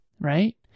right